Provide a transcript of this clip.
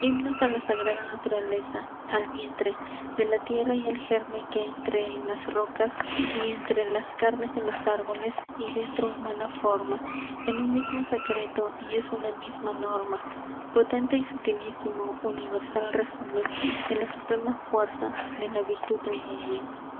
a la sagrada naturaleza al vientre de la tierra y al germen que entre en las rocas y entre las carnes de los árboles y dentro humana forma es un mismo secreto y es una misma norma potente y sutilísimo universal resumen de la suprema fuerza de la virtud del numen